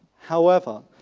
however,